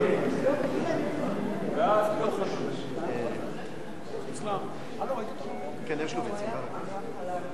קבוצת סיעת חד"ש לסעיף 3 לא נתקבלה.